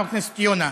חבר הכנסת יונה,